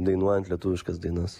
dainuojant lietuviškas dainas